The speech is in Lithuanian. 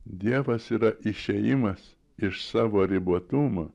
dievas yra išėjimas iš savo ribotumo